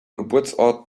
geburtsort